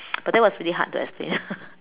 but that was pretty hard to explain